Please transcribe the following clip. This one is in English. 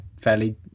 fairly